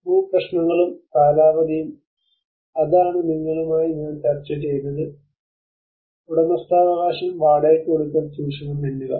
ഭൂപ്രശ്നങ്ങളും കാലാവധിയും അതാണ് നിങ്ങളുമായി ഞാൻ ചർച്ച ചെയ്തത് ഉടമസ്ഥാവകാശം വാടകയ്ക്ക് കൊടുക്കൽ ചൂഷണം എന്നിവ